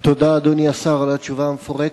תודה, אדוני השר, על התשובה המפורטת.